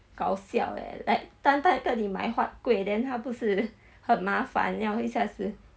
搞笑 leh like 摊摊跟你买 huat kueh then 他不是很麻烦了一下子